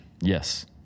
Yes